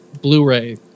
Blu-ray